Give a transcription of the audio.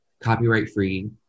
copyright-free